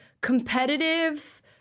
competitive